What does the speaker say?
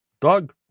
Doug